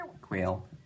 quail